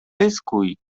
pyskuj